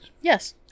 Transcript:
Yes